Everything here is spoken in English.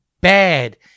bad